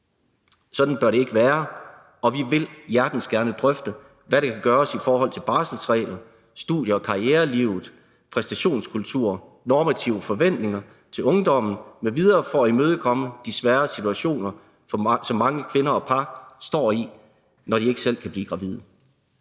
Sådan bør det ikke være, og vi vil hjertens gerne drøfte, hvad der kan gøres i forhold til barselsregler, studie- og karrierelivet, præstationskultur, normative forventninger til ungdommen m.v. for at imødekomme de svære situationer, som mange kvinder og par står i, når de ikke selv kan blive gravide.